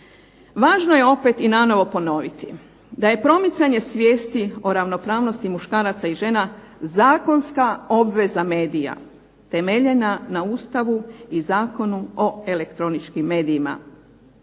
Važno je opet i nanovo ponoviti, da je promicanje svijesti o ravnopravnosti muškaraca i žena zakonska obveza medija temeljena na Ustavu i Zakonu o elektroničkim medijima.